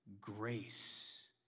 grace